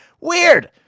weird